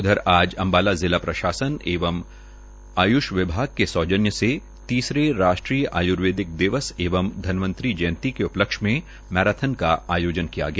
उधर आज अम्बाला जिला प्रशासन एवं आय्ष विभाग के सौजन्य से तीसरे राष्ट्रीय आय्र्वेदिक दिवस एवं धन्वतंरी जयंती के उपलक्ष में मैराथन का आयोजन किया गया